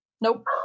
Nope